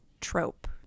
trope